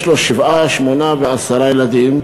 ויש לו שבעה, שמונה או עשרה ילדים,